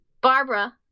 Barbara